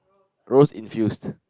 rose infused